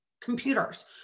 computers